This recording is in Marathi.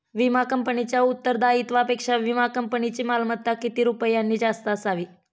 विमा कंपनीच्या उत्तरदायित्वापेक्षा विमा कंपनीची मालमत्ता किती रुपयांनी जास्त असावी?